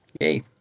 yay